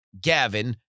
Gavin